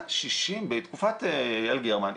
בתקופת יעל גרמן,